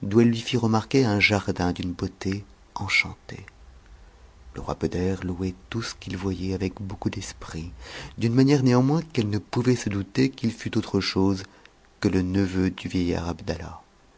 remarquer un jardin d'une beauté enchantée le roi beder louait tout ce qu'il voyait avec beaucoup d'esprit d'une manière néanmoins qu'elle ne pouvait se douter qu'il fût autre chose que le neveu du vieillard